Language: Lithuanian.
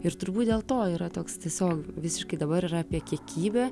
ir turbūt dėl to yra toks tiesiog visiškai dabar yra apie kiekybę